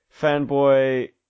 fanboy